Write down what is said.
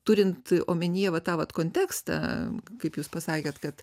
turint omenyje va tą vat kontekstą kaip jūs pasakėt kad